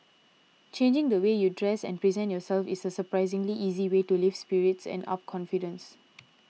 changing the way you dress and present yourself is a surprisingly easy way to lift spirits and up confidence